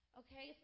okay